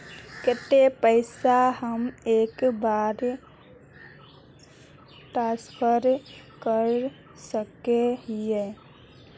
केते पैसा हम एक बार ट्रांसफर कर सके हीये?